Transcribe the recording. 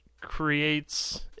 creates